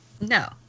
No